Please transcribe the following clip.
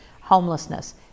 homelessness